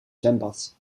zwembad